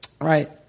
Right